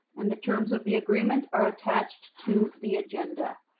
and the terms of the agreement are attached to the agenda.